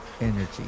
Energy